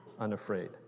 unafraid